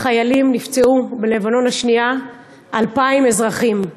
חיילים נפצעו במלחמת לבנון השנייה ו-2,000 אזרחים.